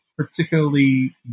particularly